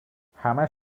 همش